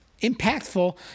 impactful